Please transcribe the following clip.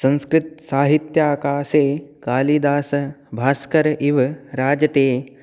संस्कृतसाहित्याकाशे कालिदासः भास्करः इव राजते